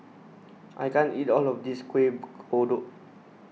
I can't eat all of this Kueh Kodok